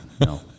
No